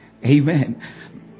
Amen